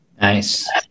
Nice